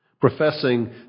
professing